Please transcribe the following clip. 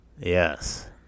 Yes